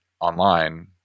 online